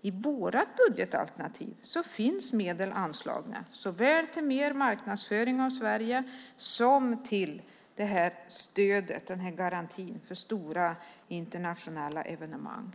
I vårt budgetalternativ finns medel anslagna såväl till mer marknadsstöd för Sverige som till garantin för stora internationella evenemang.